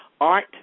art